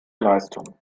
leistung